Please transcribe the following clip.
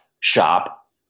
shop